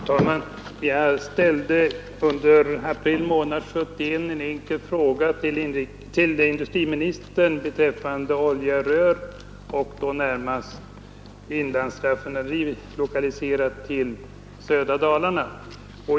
Fru talman! Jag ställde under april månad 1971 en enkel fråga till Torsdagen den industriministern beträffande utredningen Olja i rör, närmast med tanke 9 mars 1972 på ett inlandsraffinaderi lokaliserat till södra Dalarna.